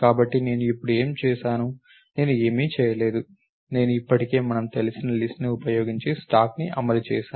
కాబట్టి నేను ఇప్పుడు ఏమి చేసాను నేను ఏమీ చేయలేదు నేను ఇప్పటికే మనకు తెలిసిన లిస్ట్ ను ఉపయోగించి స్టాక్ను అమలు చేసాను